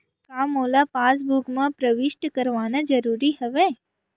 का मोला पासबुक म प्रविष्ट करवाना ज़रूरी हवय?